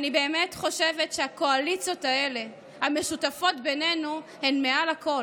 אני באמת חושבת שהקואליציות המשותפות האלה בינינו הן מעל הכול.